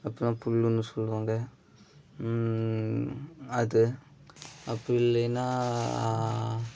அப்புறம் புல்ன்னு சொல்லுவாங்க அது அப்படி இல்லைன்னால்